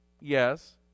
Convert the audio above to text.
Yes